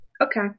Okay